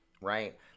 right